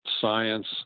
science